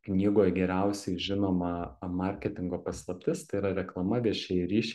knygoj geriausiai žinoma marketingo paslaptis tai yra reklama viešieji ryšiai